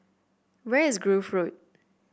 where is Grove Road